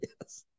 Yes